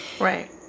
right